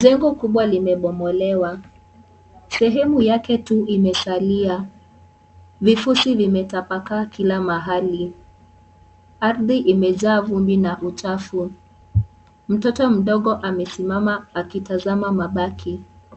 Jengo kubwa limebomolewa, sehemu yake tu imesalia. Vifuzi vimetabakaa kila mahali. Ardhi imejaa vumbi na uchafu. Mtoto mdogo amesimama akitazama mabaki.